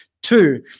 Two